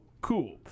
cool